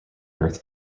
earth